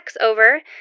Over